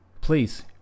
please